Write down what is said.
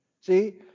see